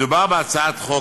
מדובר בהצעת חוק,